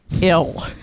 ill